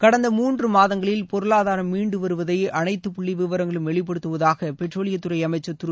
கடந்த மூன்று மாதங்களில் பொருளாதாரம் மீண்டு வருவதை அனைத்து புள்ளி விவரங்களும் வெளிப்படுத்துவதாக பெட்ரோலியத் துறை அமைச்சர் திரு